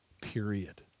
Period